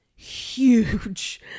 huge